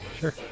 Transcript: Sure